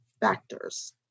factors